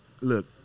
look